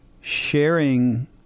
sharing